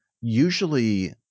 Usually